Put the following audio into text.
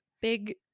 big